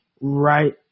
right